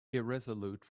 irresolute